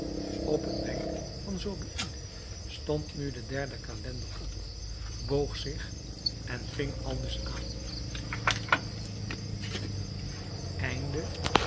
op een wenk van zobeïde stond nu de derde calender op boog zich en ving aldus aan